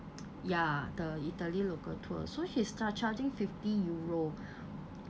ya the italy local tour so she start charging fifty euro